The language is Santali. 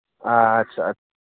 ᱟᱪᱷᱟ ᱟᱪᱷᱟ